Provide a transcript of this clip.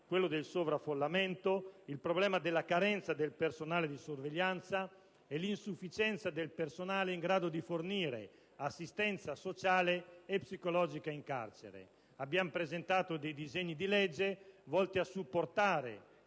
quelli del sovraffollamento, della carenza del personale di sorveglianza e dell'insufficienza del personale in grado di fornire assistenza sociale e psicologica in carcere. Abbiamo presentato dei disegni di legge volti a supportare